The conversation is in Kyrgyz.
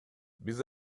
биз